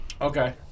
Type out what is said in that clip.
Okay